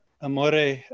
amore